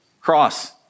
cross